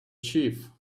chief